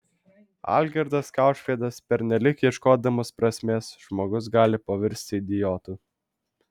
algirdas kaušpėdas pernelyg ieškodamas prasmės žmogus gali pavirsti idiotu